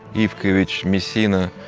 ivkovic, messina,